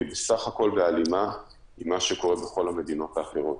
והיא בסך הכול בהלימה עם מה שקורה בכל המדינות האחרות.